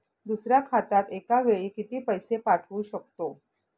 दुसऱ्या खात्यात एका वेळी किती पैसे पाठवू शकतो?